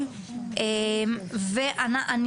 מי